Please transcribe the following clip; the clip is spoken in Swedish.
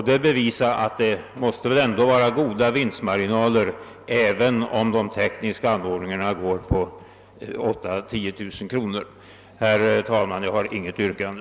Det visar att det väl ändå finns stora vinstmarginaler, även om de tekniska anordningarna kostar 8 000—10.000 kronor. Herr talman! Jag har inget yrkande.